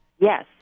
Yes